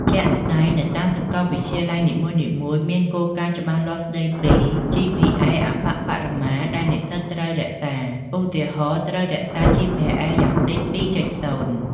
ជាក់ស្ដែង នៅតាមសាកលវិទ្យាល័យនីមួយៗមានគោលការណ៍ច្បាស់លាស់ស្តីពី GPA អប្បបរមាដែលនិស្សិតត្រូវរក្សា ឧទាហរណ៍ ត្រូវរក្សា GPA យ៉ាងតិច ២.០។